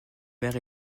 mère